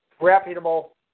reputable